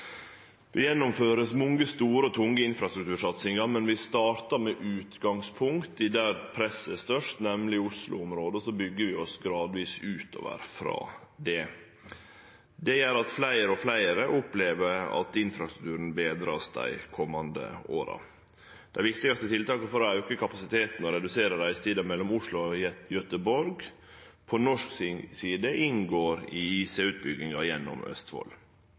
Vi gjennomfører mange store og tunge infrastruktursatsingar, men vi startar med utgangspunkt i der presset er størst, nemleg Oslo-området, og så byggjer vi oss gradvis utover frå det. Det gjer at fleire og fleire opplever at infrastrukturen vert betra dei komande åra. Dei viktigaste tiltaka for å auke kapasiteten og redusere reisetida mellom Oslo og Gøteborg på norsk side inngår i InterCity-utbygginga gjennom Østfold.